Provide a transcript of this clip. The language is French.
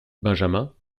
benjamin